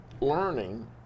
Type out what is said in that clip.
learning